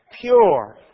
pure